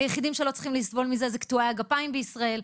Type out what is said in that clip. היחידים שלא צריכים לסבול מזה זה קטועי הגפיים בישראל.